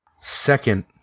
Second